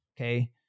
okay